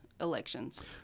elections